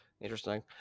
Interesting